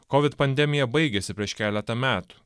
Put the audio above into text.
kovid pandemija baigėsi prieš keletą metų